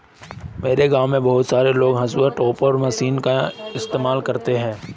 मेरे गांव में बहुत सारे लोग हाउस टॉपर मशीन का इस्तेमाल करते हैं